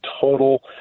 total